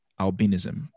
albinism